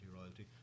Royalty